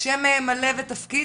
אלה שמלווים, שעוטפים,